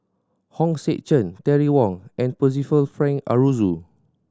Hong Sek Chern Terry Wong and Percival Frank Aroozoo